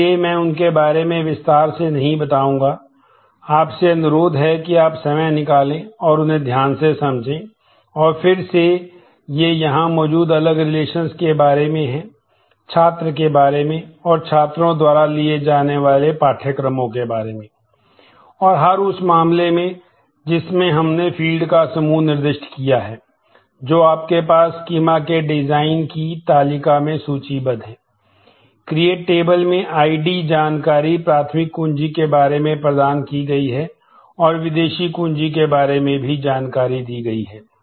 इसलिए मैं उनके बारे में विस्तार से नहीं बताऊंगा आपसे अनुरोध है कि आप समय निकालें और उन्हें ध्यान से समझें फिर से ये यहां मौजूद अलग रिलेशंस जानकारी प्राथमिक कुंजी के बारे में प्रदान की गई है और विदेशी कुंजी के बारे में भी जानकारी दी गई है